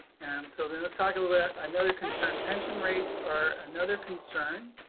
and so let's talk a little bit another concern, pension rates are another concern.